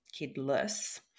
kidless